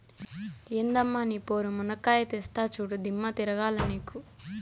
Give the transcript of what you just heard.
ఎందమ్మ నీ పోరు, మునక్కాయా తెస్తా చూడు, దిమ్మ తిరగాల నీకు